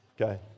Okay